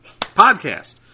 podcast